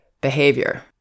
behavior